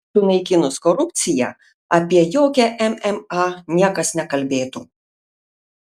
o sunaikinus korupciją apie jokią mma niekas nekalbėtų